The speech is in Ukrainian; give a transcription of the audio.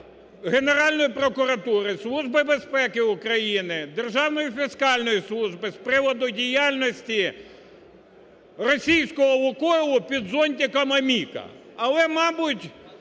Генеральної прокуратури, Служби безпеки України, Державної фіскальної служби, з приводу діяльності російського "Лукойлу" під зонтиком "АМІК". Але, мабуть,